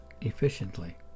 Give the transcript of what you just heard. efficiently